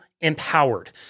empowered